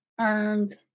earned